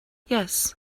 yes